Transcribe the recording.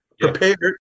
prepared